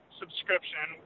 subscription